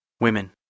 Women